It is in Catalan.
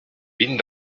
vint